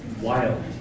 wild